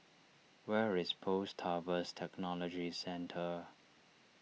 where is Post Harvest Technology Centre